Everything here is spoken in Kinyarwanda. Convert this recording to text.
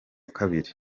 kabiri